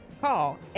call